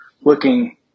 looking